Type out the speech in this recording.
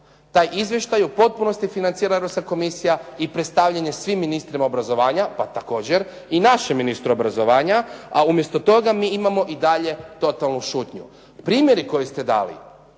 Taj izvještaj u potpunosti financira Europska komisija i predstavljen je svim ministrima obrazovanja, pa također i našem ministru obrazovanja. A umjesto toga mi i imamo i dalje totalnu šutnju. Primjeri koji ste dali